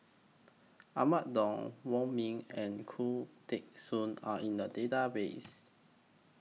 Ahmad Daud Wong Ming and Khoo Teng Soon Are in The Database